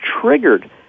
triggered